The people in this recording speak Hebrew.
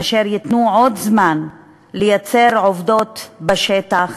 אשר ייתן עוד זמן לייצר עובדות בשטח,